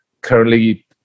Currently